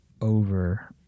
over